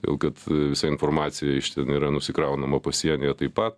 todėl kad visa informacija iš ten yra nusikraunama pasienyje taip pat